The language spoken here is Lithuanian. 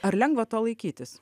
ar lengva to laikytis